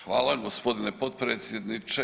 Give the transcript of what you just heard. Hvala g. potpredsjedniče.